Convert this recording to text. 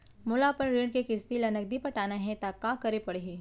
मोला अपन ऋण के किसती ला नगदी पटाना हे ता का करे पड़ही?